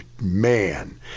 man